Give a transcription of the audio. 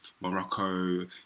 Morocco